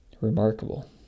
remarkable